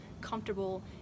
comfortable